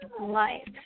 life